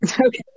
Okay